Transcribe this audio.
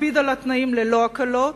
מקפיד על התנאים ללא הקלות,